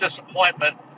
disappointment